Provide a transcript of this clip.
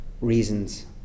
reasons